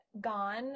gone